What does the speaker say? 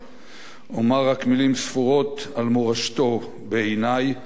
אומר רק מלים ספורות על מורשתו בעיני ועל